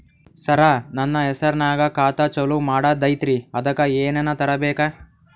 ಸರ, ನನ್ನ ಹೆಸರ್ನಾಗ ಖಾತಾ ಚಾಲು ಮಾಡದೈತ್ರೀ ಅದಕ ಏನನ ತರಬೇಕ?